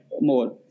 more